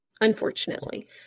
unfortunately